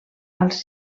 als